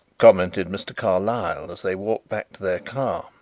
commented mr. carlyle as they walked back to their car.